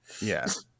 yes